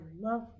love